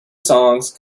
songs